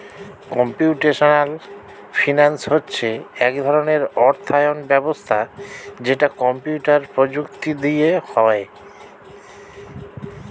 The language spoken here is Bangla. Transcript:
কম্পিউটেশনাল ফিনান্স হচ্ছে এক ধরণের অর্থায়ন ব্যবস্থা যেটা কম্পিউটার প্রযুক্তি দিয়ে হয়